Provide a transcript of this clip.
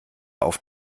auf